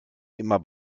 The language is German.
immer